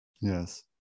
yes